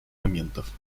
моментов